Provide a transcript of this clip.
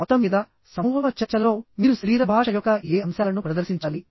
మొత్తంమీద సమూహ చర్చలలో మీరు శరీర భాష యొక్క ఏ అంశాలను ప్రదర్శించాలి